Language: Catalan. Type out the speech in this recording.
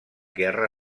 guerra